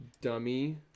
Dummy